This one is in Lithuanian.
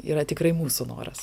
yra tikrai mūsų noras